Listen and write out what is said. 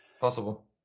Possible